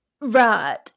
Right